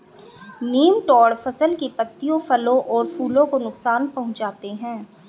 nematode फसल की पत्तियों फलों और फूलों को नुकसान पहुंचाते हैं